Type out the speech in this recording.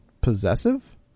possessive